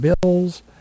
bills